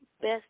Best